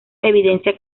evidencia